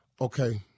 Okay